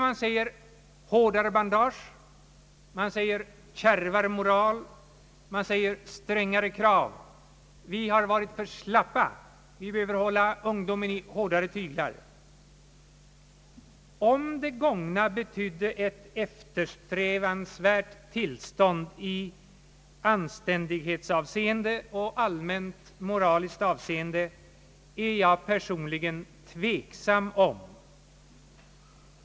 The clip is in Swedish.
Man säger: >»Hårdare bandage, kärvare moral, strängare krav. Vi har varit för slappa — vi behöver hålla ungdomen i hårdare tyglar.» Om det gångna betydde ett eftersträvansvärt tillstånd i anständighetsavseende och allmänt moraliskt avseende, är jag personligen tveksam om.